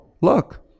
look